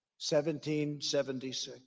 1776